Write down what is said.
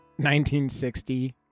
1960